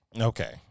Okay